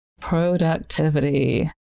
Productivity